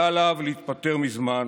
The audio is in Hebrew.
היה עליו להתפטר מזמן